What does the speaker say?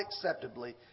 acceptably